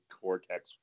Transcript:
cortex